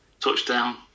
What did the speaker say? touchdown